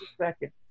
second